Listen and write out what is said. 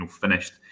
finished